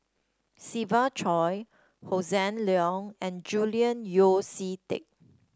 Siva Choy Hossan Leong and Julian Yeo See Teck